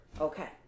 Okay